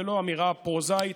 זו לא אמירה פרוזאית,